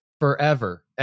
forever